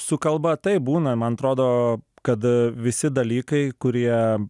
su kalba taip būna man atrodo kad visi dalykai kurie